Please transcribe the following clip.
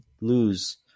lose